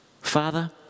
Father